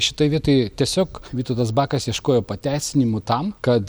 šitoj vietoj tiesiog vytautas bakas ieškojo pateisinimų tam kad